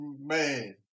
man